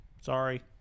Sorry